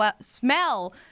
smell